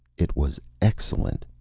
it was excellent.